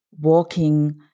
walking